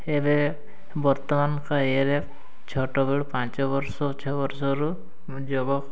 ଏବେ ବର୍ତ୍ତମାନ ଇଏରେ ଛୋଟବେଳୁ ପାଞ୍ଚ ବର୍ଷ ଛଅ ବର୍ଷରୁ ଯୋଗ